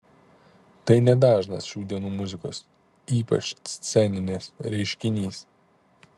tai nedažnas šių dienų muzikos ypač sceninės reiškinys